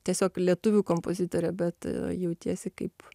tiesiog lietuvių kompozitorė bet jautiesi kaip